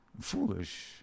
foolish